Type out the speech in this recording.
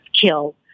killed